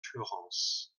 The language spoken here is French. fleurance